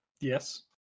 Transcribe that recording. Yes